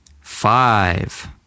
five